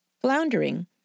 Floundering